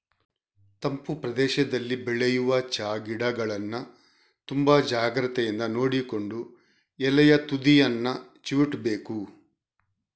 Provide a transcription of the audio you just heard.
ತಂಪು ಪ್ರದೇಶದಲ್ಲಿ ಬೆಳೆಯುವ ಚಾ ಗಿಡಗಳನ್ನ ತುಂಬಾ ಜಾಗ್ರತೆಯಿಂದ ನೋಡಿಕೊಂಡು ಎಲೆಯ ತುದಿಯನ್ನ ಚಿವುಟ್ಬೇಕು